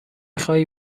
خواهی